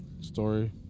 story